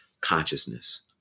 consciousness